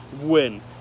win